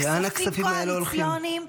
לאן הכספים האלה הולכים?